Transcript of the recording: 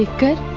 good